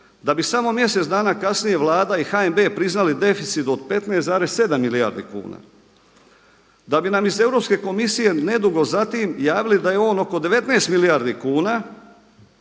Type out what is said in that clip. da bi samo mjesec dana kasnije vlada i HNB priznali deficit od 15,7 milijardi kuna, da bi nam iz Europske komisije nedugo zatim javili da je on oko 19 milijardi kuna